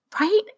Right